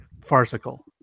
farcical